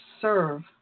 serve